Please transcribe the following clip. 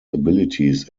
abilities